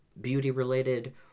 beauty-related